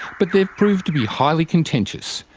but they've proved to be highly contentious,